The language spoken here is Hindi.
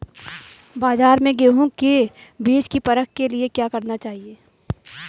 बाज़ार में गेहूँ के बीज की परख के लिए क्या करना चाहिए?